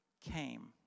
came